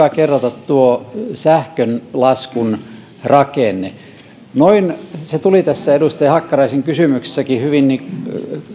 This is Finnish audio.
hyvä kerrata tuo sähkölaskun rakenne se tuli tässä edustaja hakkaraisen kysymyksessäkin hyvin